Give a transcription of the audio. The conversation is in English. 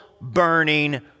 burning